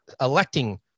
electing